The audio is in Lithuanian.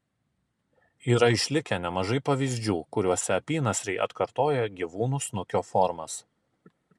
yra išlikę nemažai pavyzdžių kuriuose apynasriai atkartoja gyvūnų snukio formas